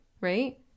right